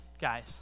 guys